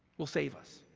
will save us